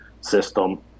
system